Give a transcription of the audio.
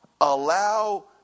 Allow